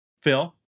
Phil